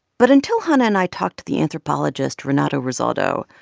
but until hanna and i talked to the anthropologist renato rosaldo,